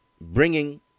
Bringing